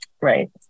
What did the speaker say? right